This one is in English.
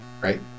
Right